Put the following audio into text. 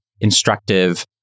instructive